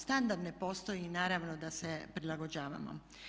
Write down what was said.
Standard ne postoji i naravno da se prilagođavamo.